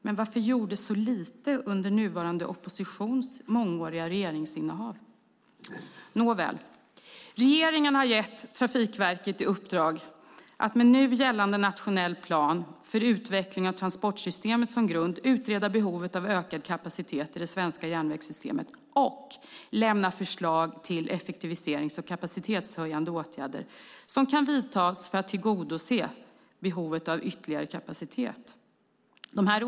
Men varför gjordes så lite under nuvarande oppositions mångåriga regeringsinnehav? Nåväl, regeringen har gett Trafikverket i uppdrag att med nu gällande nationell plan för utveckling av transportsystemet som grund utreda behovet av ökad kapacitet i det svenska järnvägssystemet och lämna förslag till effektiviserings och kapacitetshöjande åtgärder som kan vidtas för att tillgodose kapacitetsbehovet.